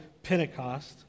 Pentecost